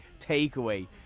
takeaway